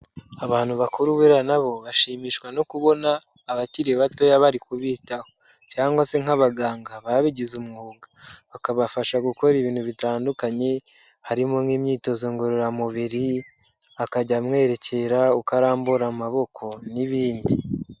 Abantu bakuru buriya na bo bashimishwa no kubona abakiri batoya bari kubitaho cyangwa se nk'abaganga babigize umwuga, bakabafasha gukora ibintu bitandukanye, harimo nk'imyitozo ngororamubiri, akajya amwerekera uko arambura amaboko n'ibindi.